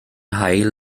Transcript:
haul